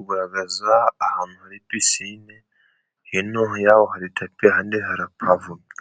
Kugaragaza ahantu hari pisine, hino y'aho hari tapi ahandi harapavomye,